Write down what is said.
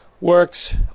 works